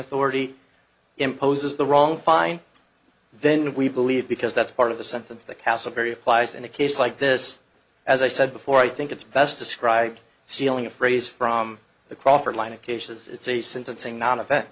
authority imposes the wrong fine then we believe because that's part of the sentence the castleberry applies in a case like this as i said before i think it's best described stealing a phrase from the crawford line of cases it's a sentencing non